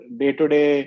day-to-day